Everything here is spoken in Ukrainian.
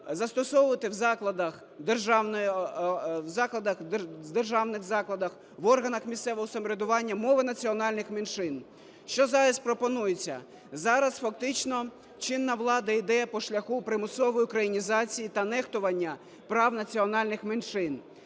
застосовувати в закладах, в державних закладах, в органах місцевого самоврядування мови національних меншин. Що зараз пропонується? Зараз фактично чинна влада йде по шляху примусової українізації та нехтування прав національних меншин.